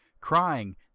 crying